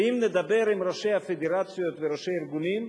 ואם נדבר עם ראשי הפדרציות וראשי הארגונים,